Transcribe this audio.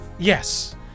Yes